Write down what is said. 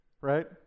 right